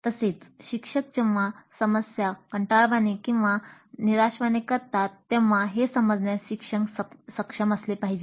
तसेच शिक्षक जेव्हा समस्या कंटाळवाणी किंवा निराश करतात तेव्हा हे समजण्यास शिक्षक सक्षम असले पाहिजे